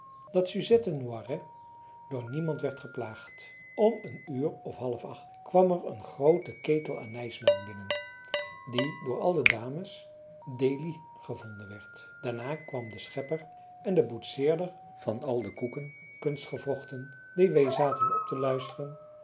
dat suzette noiret door niemand werd geplaagd om een uur of half acht kwam er een groote ketel anijsmelk binnen die door al de dames déli gevonden werd daarna kwam de schepper en boetseerder van al de koeken kunstgewrochten die wij zaten op te luisteren